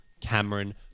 Cameron